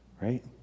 right